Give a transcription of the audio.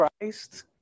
Christ